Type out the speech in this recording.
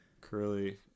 Curly